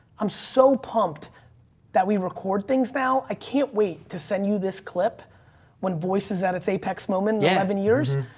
i'm so pumped that we record things now. i can't wait to send you this clip when voices at its apex moment. yeah eleven and years.